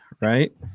right